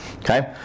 okay